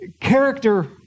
character